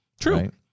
True